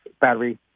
Battery